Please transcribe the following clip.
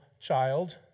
child